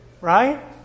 Right